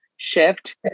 shift